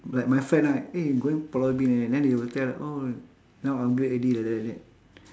like my friend ah eh going pulau ubin eh then they will tell oh now upgrade already like that like that